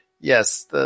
Yes